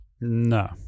No